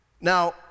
Now